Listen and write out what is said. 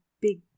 big